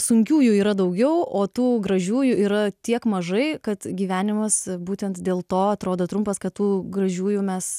sunkiųjų yra daugiau o tų gražiųjų yra tiek mažai kad gyvenimas būtent dėl to atrodo trumpas kad tų gražiųjų mes